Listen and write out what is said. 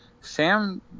Sam